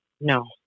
No